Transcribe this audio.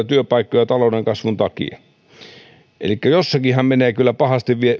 työpaikkoja talouden kasvun takia avautuneita työpaikkoja elikkä jossakinhan menee kyllä pahasti